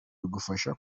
bigufasha